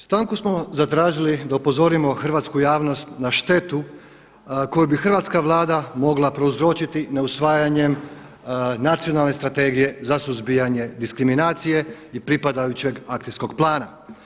Stanku smo zatražili da upozorimo hrvatsku javnost na štetu koju bi hrvatska Vlada mogla prouzročiti neusvajanjem Nacionalne strategije za suzbijanje diskriminacije i pripadajućeg akcijskog plana.